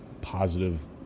positive